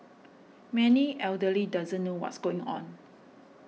many elderly doesn't know what's going on